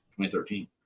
2013